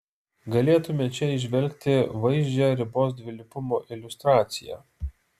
galėtume čia įžvelgti vaizdžią ribos dvilypumo iliustraciją